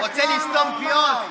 רוצה לסתום פיות.